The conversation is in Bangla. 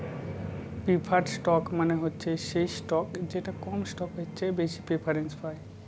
প্রিফারড স্টক মানে হচ্ছে সেই স্টক যেটা কমন স্টকের চেয়ে বেশি প্রিফারেন্স পায়